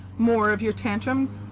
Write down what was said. more of your tantrums?